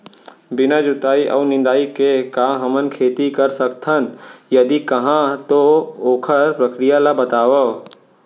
बिना जुताई अऊ निंदाई के का हमन खेती कर सकथन, यदि कहाँ तो ओखर प्रक्रिया ला बतावव?